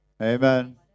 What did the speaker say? Amen